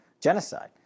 genocide